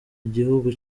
gihugu